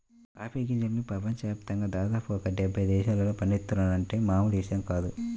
coffee గింజలను ప్రపంచ యాప్తంగా దాదాపు ఒక డెబ్బై దేశాల్లో పండిత్తున్నారంటే మామూలు విషయం కాదు